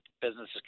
businesses